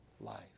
life